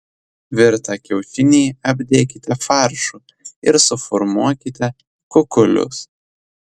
virtą kiaušinį apdėkite faršu ir suformuokite kukulius